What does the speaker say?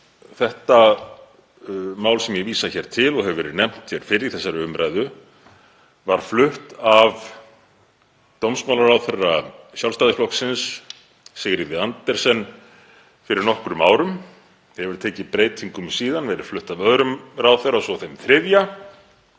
Það mál sem ég vísa hér til, og hefur verið nefnt fyrr í þessari umræðu, var flutt af dómsmálaráðherra Sjálfstæðisflokksins, Sigríði Andersen, fyrir nokkrum árum — hefur tekið breytingum síðan, verið flutt af öðrum ráðherra og svo þeim þriðja,